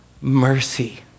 Mercy